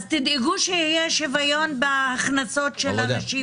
תדאגו שיהיה שוויון בהכנסות של הנשים